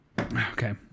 Okay